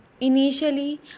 Initially